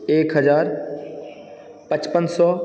एक हजार पचपन सए